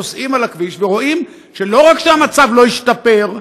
נוסעים בכביש ורואים שלא רק שהמצב לא השתפר,